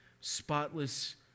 spotless